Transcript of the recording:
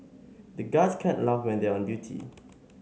the guards can't laugh when they are on duty